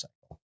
cycle